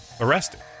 arrested